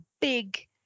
big